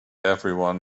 everyone